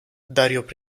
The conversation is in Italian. dario